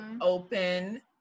open